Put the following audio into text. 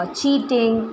cheating